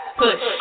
push